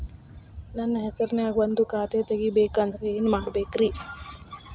ನನ್ನ ಹೆಸರನ್ಯಾಗ ಒಂದು ಖಾತೆ ತೆಗಿಬೇಕ ಅಂದ್ರ ಏನ್ ಮಾಡಬೇಕ್ರಿ?